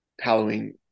Halloween